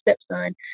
stepson